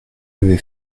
avais